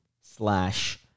Slash